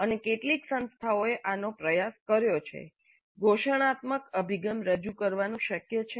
અને કેટલીક સંસ્થાઓએ આનો પ્રયાસ કર્યો છે ઘોષણાત્મક અભિગમ રજૂ કરવાનું શક્ય છે